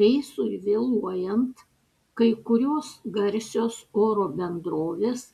reisui vėluojant kai kurios garsios oro bendrovės